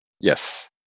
Yes